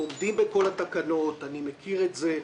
הם עומדים בכל התקנות, אני מכיר את זה.